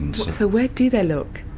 so where do they look,